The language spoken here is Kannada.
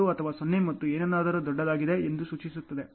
2 ಅಥವಾ 0 ಮತ್ತು ಏನಾದರೂ ದೊಡ್ಡದಾಗಿದೆ ಎಂದು ಸೂಚಿಸುತ್ತದೆ